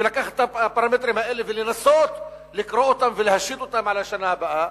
ולוקח את הפרמטרים האלה כדי לנסות לקרוא אותם ולהשית אותם על השנה הבאה,